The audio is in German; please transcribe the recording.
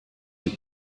die